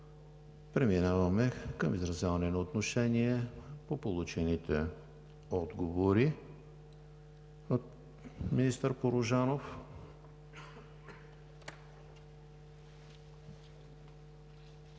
Преминаваме към изразяване на отношение по получените отговори от министър Порожанов.